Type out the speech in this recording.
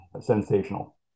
sensational